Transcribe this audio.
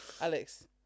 Alex